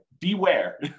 beware